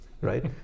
right